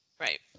Right